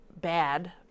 bad